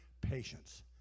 patience